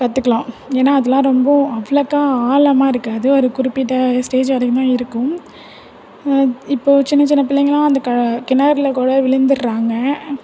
கத்துக்கலாம் ஏன்னா அதெலாம் ரொம்ப அவ்வளோக்கா ஆழமாக இருக்காது ஒரு குறிப்பிட்ட ஸ்டேஜ் வரையுந்தான் இருக்கும் இப்போ சின்ன சின்ன பிள்ளைங்கலாம் அந்த க கிணறுல கூட விழுந்துடுறாங்க